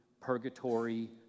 purgatory